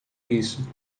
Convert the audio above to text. isso